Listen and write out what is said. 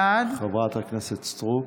בעד חברת הכנסת סטרוק.